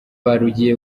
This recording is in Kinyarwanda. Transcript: rugiye